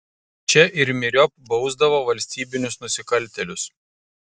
čia ir myriop bausdavo valstybinius nusikaltėlius